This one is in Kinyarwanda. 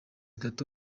gato